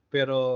Pero